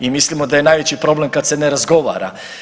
I mislimo da je najveći problem kad se ne razgovara.